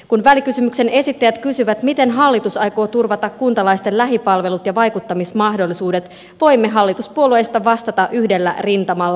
kun välikysymyksen esittäjät kysyvät miten hallitus aikoo turvata kuntalaisten lähipalvelut ja vaikuttamismahdollisuudet voimme hallituspuolueista vastata yhdellä rintamalla